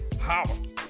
house